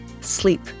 sleep